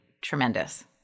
tremendous